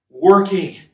working